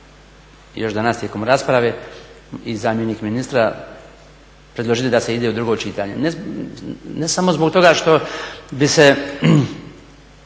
još danas tijekom rasprave, i zamjenik ministra predložiti da se ide u drugo čitanje. Ne samo zbog toga što bi se